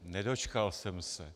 Nedočkal jsem se.